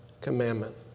commandment